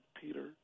Peter